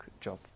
job